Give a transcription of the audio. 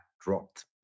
dropped